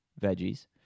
veggies